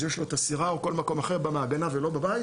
אז יש לו את הסירה במעגנה ולא בבית,